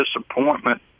disappointment